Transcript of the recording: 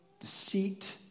deceit